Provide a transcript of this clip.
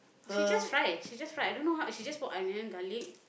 she just try she just try I don't know how she just put onion garlic